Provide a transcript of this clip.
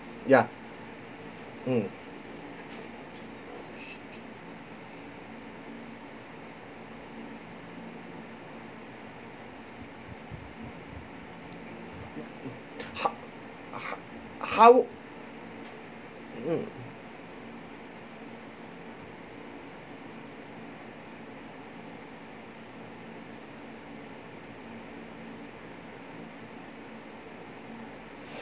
ya mm ha~ ha~ how mm